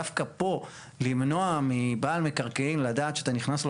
דווקא פה למנוע מבעל מקרקעין לדעת שאתה נכנס לו